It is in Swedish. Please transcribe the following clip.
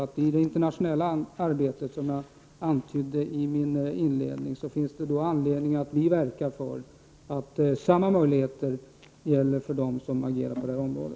I det internationella arbetet finns det, som jag antydde i min inledning, anledning för oss att verka för att samma möjligheter skall gälla för dem som agerar på detta område.